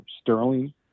sterling